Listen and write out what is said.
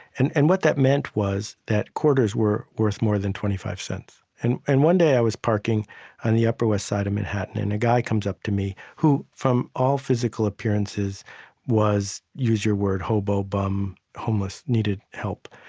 and and what that meant was that quarters were worth more than twenty five cents. and and one day i was parking on the upper west side of manhattan, and a guy comes up to me who from all physical appearances was, use your word, hobo, bum, homeless, needed help.